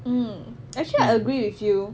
mm actually I agree with you